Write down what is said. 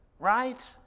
Right